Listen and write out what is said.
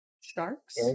Sharks